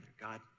God